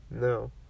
No